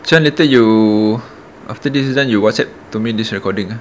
sign later you after this then you WhatsApp to me this recording